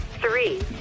three